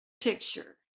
picture